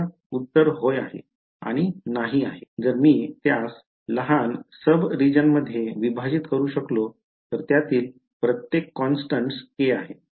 उत्तर होय आणि नाही होय आहे जर मी त्यास लहान सब रिजन मध्ये विभाजित करू शकलो तर त्यातील प्रत्येक काँस्टंट्स k आहे